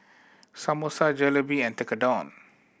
Samosa Jalebi and Tekkadon